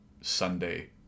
Sunday